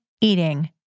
eating